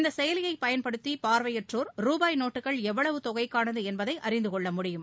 இந்த செயலியை பயன்படுத்தி பார்வையற்றோர் ரூபாய் நோட்டுகள் எவ்வளவு தொகைக்கானது என்பதை அறிந்து கொள்ள முடியும்